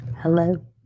Hello